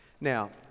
Now